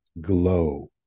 glow